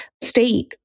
state